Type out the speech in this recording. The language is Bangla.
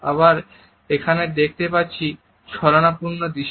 আবার এখানে দেখতে পাচ্ছি ছলনাপূর্ণ দৃষ্টি